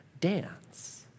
dance